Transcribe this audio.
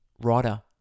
Writer